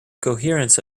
coherence